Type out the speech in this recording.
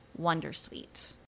Wondersuite